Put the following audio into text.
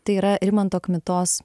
tai yra rimanto kmitos